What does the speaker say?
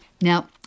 Now